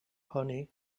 honey